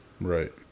Right